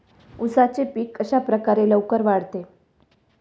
उसाचे पीक कशाप्रकारे लवकर वाढते?